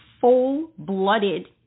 full-blooded